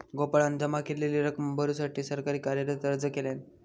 गोपाळान जमा केलेली रक्कम भरुसाठी सरकारी कार्यालयात अर्ज केल्यान